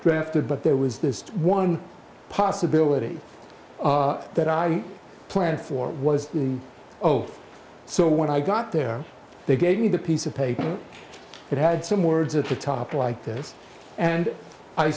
drafted but there was this one possibility that i planned for was in zero so when i got there they gave me the piece of paper that had some words at the top like this and i